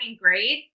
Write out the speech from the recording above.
grade